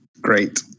Great